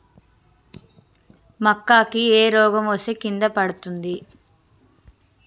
మక్కా కి ఏ రోగం వస్తే కింద పడుతుంది?